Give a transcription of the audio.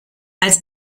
als